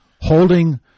holding